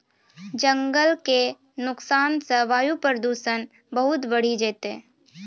जंगल के नुकसान सॅ वायु प्रदूषण बहुत बढ़ी जैतै